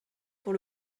pour